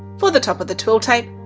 for the top of the twill tape,